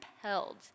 compelled